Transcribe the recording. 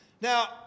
Now